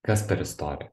kas per istorija